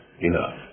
Enough